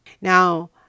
Now